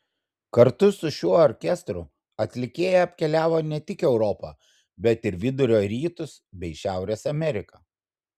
kartu su šiuo orkestru atlikėja apkeliavo ne tik europą bet ir vidurio rytus bei šiaurės ameriką